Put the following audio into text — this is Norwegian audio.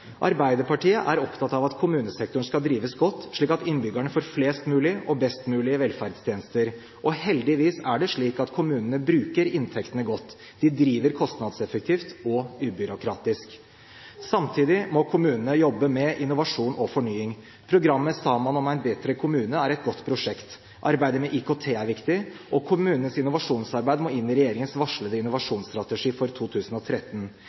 Arbeiderpartiet er opptatt av at kommunesektoren skal drives godt, slik at innbyggerne får flest mulige og best mulige velferdstjenester. Heldigvis er det slik at kommunene bruker inntektene godt. De driver kostnadseffektivt og ubyråkratisk. Samtidig må kommunene jobbe med innovasjon og fornying. Programmet «Saman om ein betre kommune» er et godt prosjekt. Arbeidet med IKT er viktig, og kommunenes innovasjonsarbeid må inn i regjeringens varslede innovasjonsstrategi for 2013.